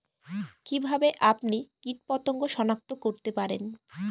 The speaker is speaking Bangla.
কিভাবে আপনি কীটপতঙ্গ সনাক্ত করতে পারেন?